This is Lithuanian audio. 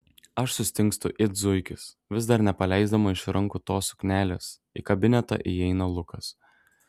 aš sustingstu it zuikis vis dar nepaleisdama iš rankų tos suknelės į kabinetą įeina lukas